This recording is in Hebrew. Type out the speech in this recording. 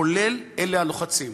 כולל אלה הלוחצים.